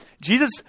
Jesus